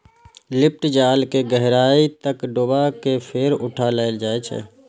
lift जाल कें गहराइ तक डुबा कें फेर उठा लेल जाइ छै